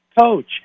Coach